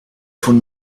von